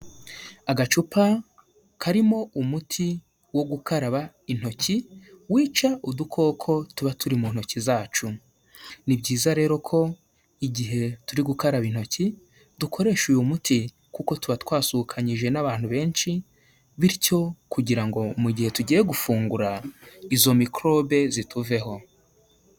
Agacupa karimo umuti wo gukaraba intoki, wica udukoko tuba turi mu ntoki zacu. Ni byiza rero ko igihe turi gukaraba intoki dukoresha uyu muti kuko tuba twasuhukanyije n'abantu benshi, bityo kugira ngo mu gihe tugiye gufungura izo microbe zituveho.